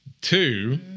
two